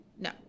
No